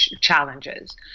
challenges